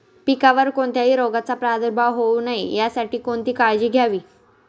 पिकावर कोणत्याही रोगाचा प्रादुर्भाव होऊ नये यासाठी कोणती काळजी घ्यावी?